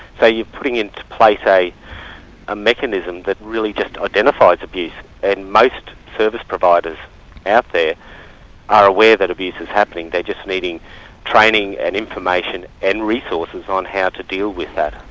so you're putting into place a ah mechanism that really just identifies abuse, and most service providers out there are aware that abuse is happening, they're just needing training and information and resources on how to deal with that.